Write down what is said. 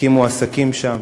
הקימו עסקים שם,